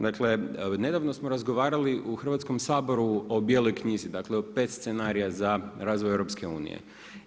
Dakle, nedavno smo razgovarali u Hrvatskom saboru o Bijeloj knjizi, dakle o 5 scenarija za razvoj EU-a.